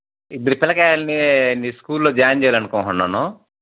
ఇద్దరు పిల్లకాయల్ని నీ స్కూల్లో జాయిన్ చేయాలనుకుంటున్నాను